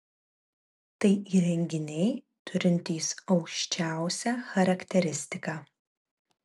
tai įrenginiai turintys aukščiausią charakteristiką